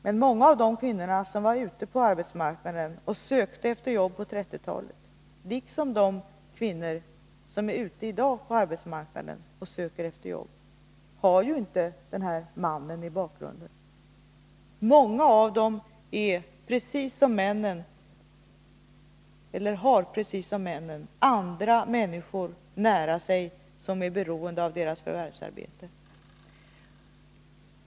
Men många av de kvinnor som var ute på arbetsmarknaden och sökte efter jobb på 1930-talet hade ju inte den här mannen i bakgrunden, och detsamma gäller de kvinnor som är ute i dag på arbetsmarknaden och söker efter jobb. Många av dem har, precis som männen, andra människor nära sig som är beroende av deras förvärvsarbete.